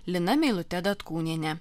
lina meilute datkūniene